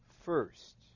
first